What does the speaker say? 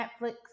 Netflix